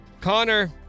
Connor